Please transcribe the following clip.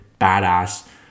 badass